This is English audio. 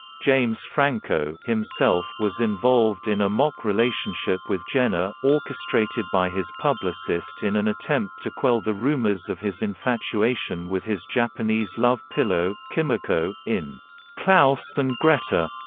james franco was involved in a mock relationship with jenna, orchestrated by his publicist in an attempt to quell the rumors of his infatuation with his japanese love pillow, kimiko, in klaus and greta.